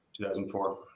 2004